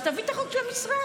אז תביא את החוק של המשרד.